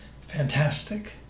Fantastic